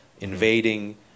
invading